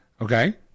Okay